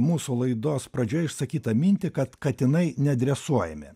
mūsų laidos pradžioj išsakytą mintį kad katinai nedresuojami